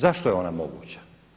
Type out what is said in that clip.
Zašto je ona moguća?